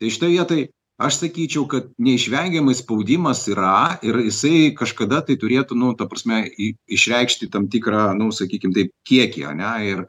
tai šitoj vietoj aš sakyčiau kad neišvengiamai spaudimas yra ir jisai kažkada tai turėtų nu ta prasme į išreikšti tam tikrą nu sakykim taip kiekį ane ir